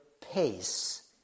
pace